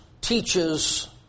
teaches